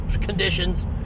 conditions